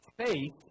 Faith